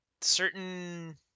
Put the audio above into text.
Certain